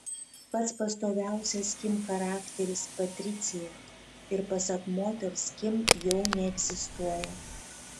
pats pastoviausias kim charakteris patricija ir pasak moters kim jau neegzistuoja